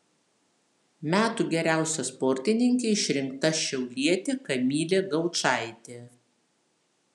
metų geriausia sportininke išrinkta šiaulietė kamilė gaučaitė